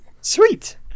Sweet